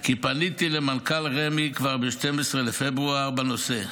כי פניתי למנכ"ל רמ"י כבר ב-12 בפברואר בנושא,